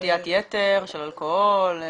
שתיית יתר של אלכוהול?